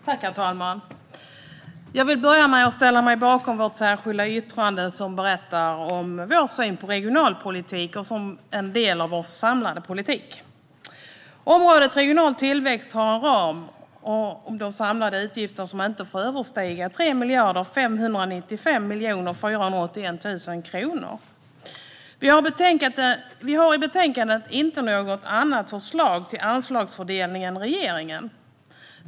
Herr talman! Jag vill börja med att ställa mig bakom vårt särskilda yttrande, som berättar om vår syn på regionalpolitik som en del av vår samlade politik. Området regional tillväxt har en ram om samlade utgifter som inte får överstiga 3 595 481 000 kronor. Vi har i betänkandet inte något annat förslag till anslagsfördelning än regeringen.